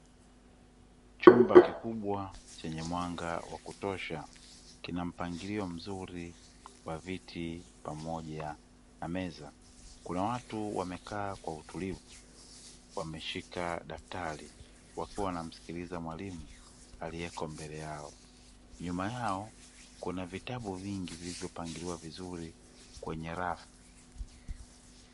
Chumba kikubwa chenye mwanga wa kutosha, kina mpangilio mzuri wa viti pamoja na meza. Kuna watu wamekaa kwa utulivu, wameshika daftari wakiwa wanamsikiliza mwalimu aliyeko mbele yao. Nyuma yao kuna vitabu vingi vilivyopangiliwa vizuri kwenye rafu.